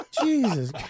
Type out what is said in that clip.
Jesus